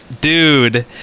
dude